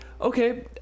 okay